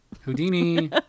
Houdini